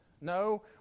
No